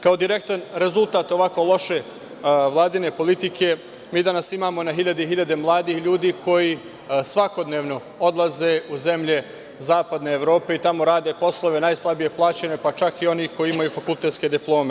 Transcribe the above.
Kao direktan rezultat ovako loše Vladine politike, mi danas imamo na hiljade i hiljade mladih ljudi koji svakodnevno odlaze u zemlje zapadne Evrope i tamo rade poslove najslabije plaćene, pa čak i oni koji imaju fakultetske diplome.